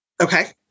Okay